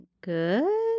good